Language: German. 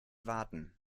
warten